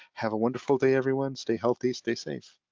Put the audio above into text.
have a wonderful day, everyone. stay healthy, stay safe.